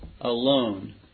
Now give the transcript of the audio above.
alone